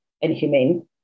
inhumane